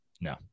No